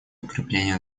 укрепления